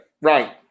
right